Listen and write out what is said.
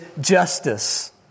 justice